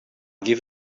give